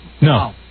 No